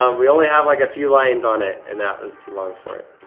um we only have like a few lines on it and that was too long for it.